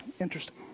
Interesting